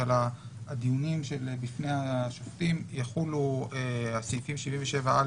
שעל הדיונים שבפני השופטים יחולו סעיפים 77א